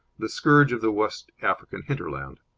the scourge of the west african hinterland.